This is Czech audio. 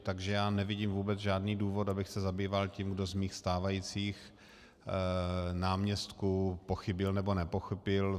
Takže já nevidím vůbec žádný důvod, abych se zabýval tím, kdo z mých stávajících náměstků pochybil, nebo nepochybil.